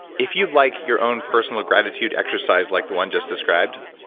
if you'd like your own personal gratitude exercise like the one just described,